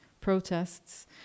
protests